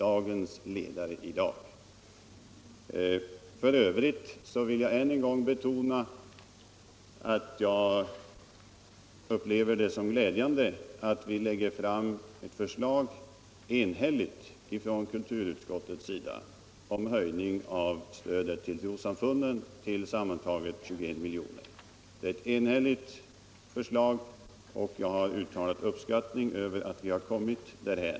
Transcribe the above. För övrigt vill jag återigen betona att jag upplever det som glädjande att vi lägger fram ett enhälligt förslag från kulturutskottet om en ökning av stödet till trossamfunden på tillsammans 21 milj.kr.